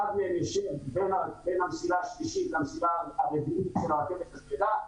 אחד יושב בין המסילה השלישית למסילה הרביעית של הרכבת הכבדה,